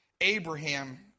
Abraham